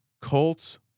Colts